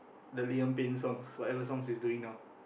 the Liam-Payne songs whatever songs he's doing now